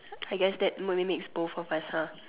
I guess that mimics both of us